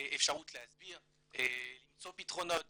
אפשרות להסביר, למצוא פתרונות